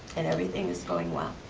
and everything is going well.